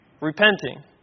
Repenting